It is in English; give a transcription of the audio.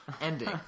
Ending